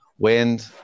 Wind